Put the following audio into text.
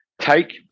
take